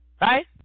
Right